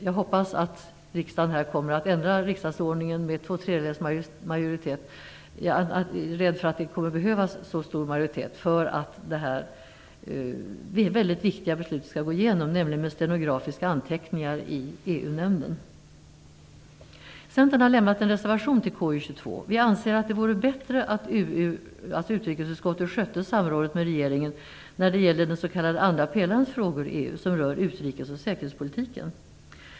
Jag hoppas att riksdagen kommer att ändra riksdagsordningen med två tredjedels majoritet - jag är rädd för att det kommer att behövas så stor majoritet för att detta väldigt viktiga beslut om stenografiska anteckningar i EU nämnden skall gå igenom. Centern har avgett en reservation till KU22. Vi anser att det vore bättre att utrikesutskottet skötte samrådet med regeringen när det gäller den s.k. andra pelarens frågor i EU, som rör utrikes och säkerhetspolitiken.